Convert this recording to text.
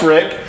Rick